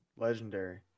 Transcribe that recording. Legendary